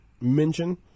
mention